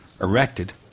erected